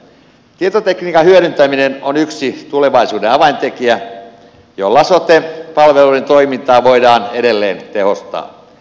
tietotekniikan hyödyntäminen on yksi tulevaisuuden avaintekijä jolla sote palveluiden toimintaa voidaan edelleen tehostaa